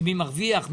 מי מרוויח?